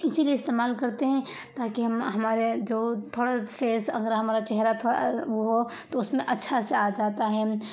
اسی لیے استعمال کرتے ہیں تاکہ ہم ہمارے جو تھوڑا فیس اگر ہمارا چہرہ تھوڑا وہ ہو تو اس میں اچھا سا آ جاتا ہے